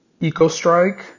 EcoStrike